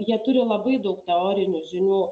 jie turi labai daug teorinių žinių